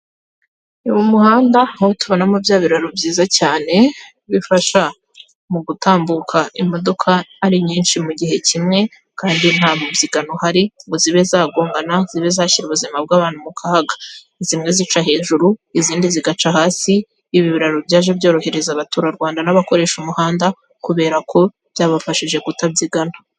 Mu muhanda aho tubonamo bya biraro byiza cyane bifasha mu gutambuka imodoka ari nyinshi mu gihe kimwe kandi nta mubyigano uhari ngo zibe zagongana, zibe zashyira ubuzima bw'abantu mu kaga, zimwe zica hejuru izindi zigaca hasi ibi biraro byaje byorohereza abatura Rwanda n'abakoresha umuhanda kubera ko byabafashije kutabyigana.